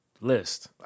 List